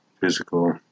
Physical